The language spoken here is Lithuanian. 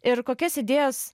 ir kokias idėjas